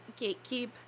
gatekeep